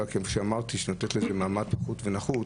כפי שאמרתי שנותנים לה מעמד נחות ופחות,